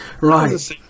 Right